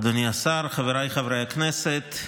אדוני השר, חבריי חברי הכנסת,